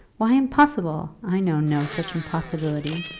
why impossible? i know no such impossibility.